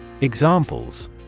Examples